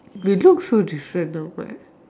we look so different now what